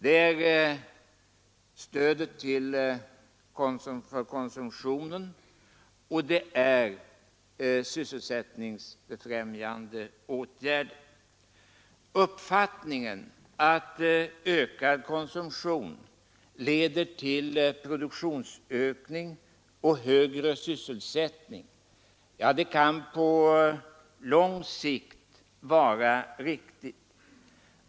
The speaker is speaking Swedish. Det är stödet för konsumtionen, och det är sysselsättningsfrämjande åtgärder. Uppfattningen att ökad konsumtion leder till produktionsökning och högre sysselsättning kan på sikt vara riktig.